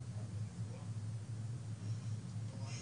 אז התשובה היא שעסקאות עם תושבי האזור פטורות מהחוק.